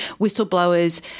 whistleblowers